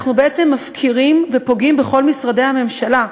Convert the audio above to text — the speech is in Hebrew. אנחנו בעצם מפקירים ופוגעים בכל משרדי הממשלה.